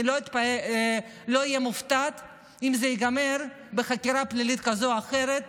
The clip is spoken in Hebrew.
אני לא אהיה מופתעת אם זה ייגמר בחקירה פלילית כזאת או אחרת.